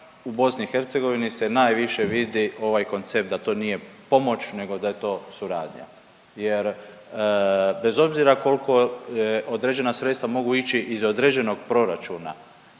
u BiH se najviše vidi ovaj koncept da to nije pomoć nego da je to suradnja jer bez obzira kolko određena sredstva mogu ići iz određenog proračuna